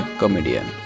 comedian